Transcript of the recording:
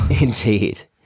Indeed